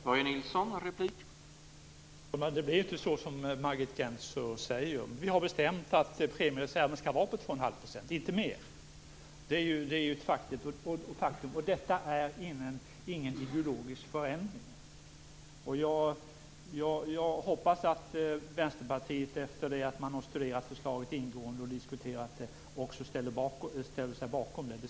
Herr talman! Det blir inte så som Margit Gennser säger. Vi har bestämt att premiereserven skall vara på 2 1⁄2 %- inte mer. Det är ju ett faktum. Detta är ingen ideologisk förändring. Jag hoppas att Vänsterpartiet efter det att man har studerat förslaget ingående och diskuterat det också ställer sig bakom det.